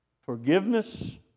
forgiveness